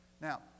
Now